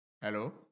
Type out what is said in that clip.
Hello